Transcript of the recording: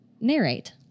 narrate